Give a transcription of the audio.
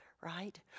right